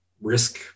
risk